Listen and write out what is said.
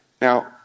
Now